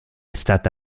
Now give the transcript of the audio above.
stata